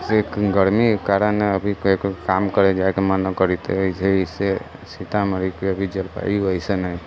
से गर्मीके कारण अभी ककरो काम करै जाइके मन नहि करैत रहै छै अइसे सीतामढ़ीके अभी जलवायु अइसन हइ